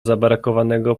zabrakowanego